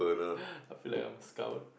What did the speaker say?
I feel like I'm scout